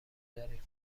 داریم